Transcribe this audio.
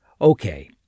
Okay